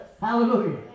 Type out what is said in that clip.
Hallelujah